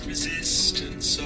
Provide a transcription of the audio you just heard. Resistance